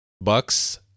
bucks